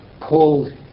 pulled